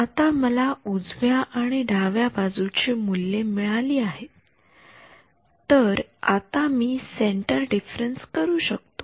आता मला उजव्या आणि डाव्या बाजूची मूल्ये मिळाली आहेत तर आता मी डिफरन्स करू शकतो